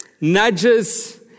nudges